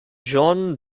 john